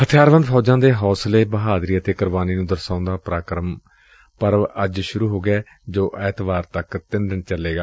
ਹਥਿਆਰਬੰਦ ਫੌਜਾਂ ਦੇ ਹੌਸਲੇ ਬਹਾਦਰੀ ਅਤੇ ਕੁਰਬਾਨੀ ਨੂੰ ਦਰਸਾਉਂਦਾ ਪਰਾਕ੍ਮ ਪਰਵ ਅੱਜ ਸੁਰੂ ਹੋ ਗਿਐ ਜੋ ਐਤਵਾਰ ਤੱਕ ਤਿੰਨ ਦਿਨ ਚੱਲੇਗਾ